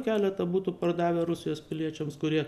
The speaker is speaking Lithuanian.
keletą butų pardavę rusijos piliečiams kurie